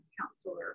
counselor